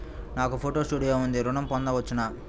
నాకు photo studio ఉంది ఋణం పొంద వచ్చునా?